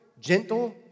Gentle